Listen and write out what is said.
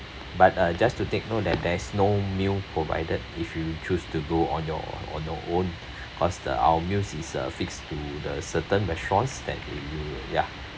but uh just to take note that there is no meal provided if you choose to go on your on your own because uh our meal is uh fixed to the certain restaurants and it will ya